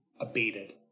abated